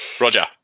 Roger